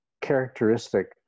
characteristic